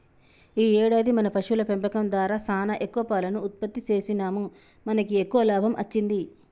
ఈ ఏడాది మన పశువుల పెంపకం దారా సానా ఎక్కువ పాలను ఉత్పత్తి సేసినాముమనకి ఎక్కువ లాభం అచ్చింది